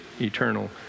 eternal